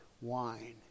wine